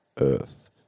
earth